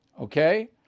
okay